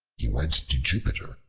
he went to jupiter,